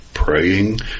praying